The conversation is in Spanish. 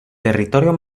territorio